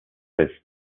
this